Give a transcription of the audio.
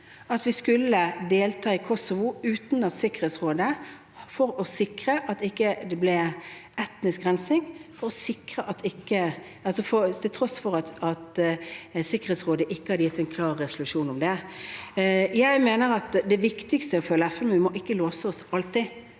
at vi skulle delta i Kosovo for å sikre at det ikke ble etnisk rensing, til tross for at Sikkerhetsrådet ikke hadde gitt en klar resolusjon om det. Jeg mener at det viktigste er å følge FN, men at vi ikke alltid